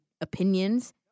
opinions